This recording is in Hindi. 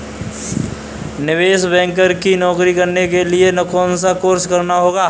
निवेश बैंकर की नौकरी करने के लिए कौनसा कोर्स करना होगा?